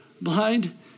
blind